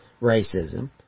racism